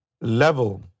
level